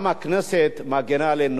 גם הכנסת מגינה עלינו.